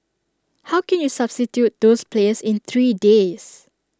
how can you substitute those players in three days